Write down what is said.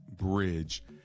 Bridge